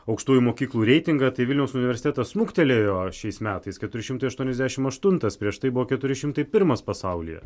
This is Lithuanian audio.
aukštųjų mokyklų reitingą tai vilniaus universitetas smuktelėjo šiais metais keturi šimtai aštuoniasdešim aštuntas prieš tai buvo keturi šimtai pirmas pasaulyje